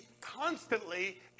constantly